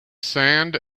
sand